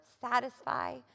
satisfy